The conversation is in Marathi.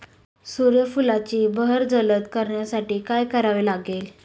सूर्यफुलाची बहर जलद करण्यासाठी काय करावे लागेल?